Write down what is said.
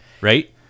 right